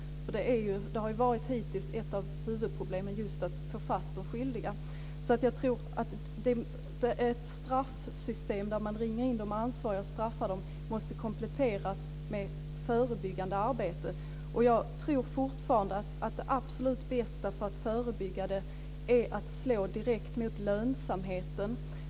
Just att få fast de skyldiga har ju hittills varit ett av huvudproblemen. Jag tror därför att ett straffsystem där man ringar in de ansvariga och straffar dem måste kompletteras med förebyggande arbete. Jag tror också fortfarande att det absolut bästa för att förebygga är att slå direkt mot lönsamheten.